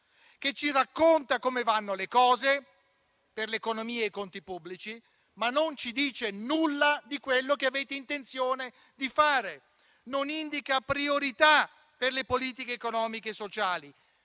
che ci racconta come vanno le cose per l'economia e i conti pubblici, ma non ci dice nulla di quello che avete intenzione di fare, non indica priorità per le politiche economiche e sociali.